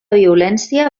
violència